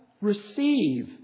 receive